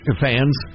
fans